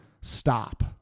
stop